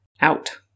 out